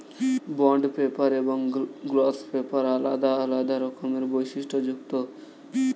bond paper এবং gloss paper আলাদা আলাদা রকমের বৈশিষ্ট্যযুক্ত